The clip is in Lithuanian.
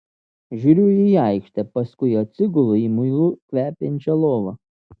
žiūriu į aikštę paskui atsigulu į muilu kvepiančią lovą